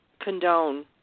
condone